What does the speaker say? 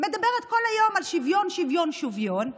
מדברת כל היום על שוויון, שוויון, שוויון.